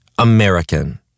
American